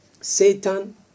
Satan